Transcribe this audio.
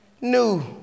new